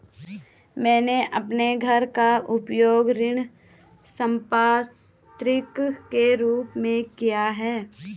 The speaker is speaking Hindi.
मैंने अपने घर का उपयोग ऋण संपार्श्विक के रूप में किया है